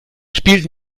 spielt